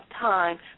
time